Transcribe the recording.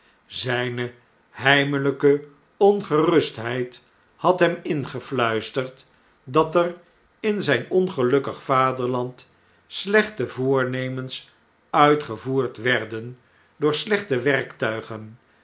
zpe heimelpe ongerustheid had hem ingefluisterd dat er in zijn ongelukkig vaderland slechte voornemens uitgevoerd werden door slechte werktuigen